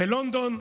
בלונדון,